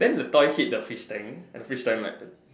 then the toy hit the fish tank and the fish tank like